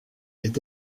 est